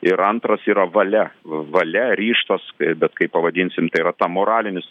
ir antras yra valia valia ryžtas bet kaip pavadinsim tai yra ta moralinis